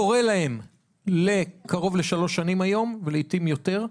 קורא להם לקרוב לשלוש שנים היום ולעיתים יותר,